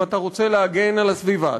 אם אתה רוצה להגן על הסביבה,